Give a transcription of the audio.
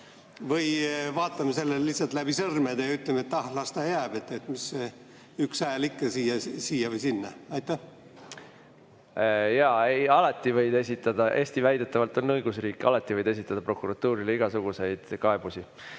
või vaatame sellele lihtsalt läbi sõrmede ja ütleme, et ah, las ta jääb, mis see üks hääl siia või sinna on? Alati võid esitada. Eesti väidetavalt on õigusriik, alati võid esitada prokuratuurile igasuguseid kaebusi.